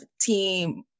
team